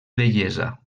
bellesa